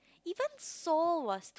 even Seoul was too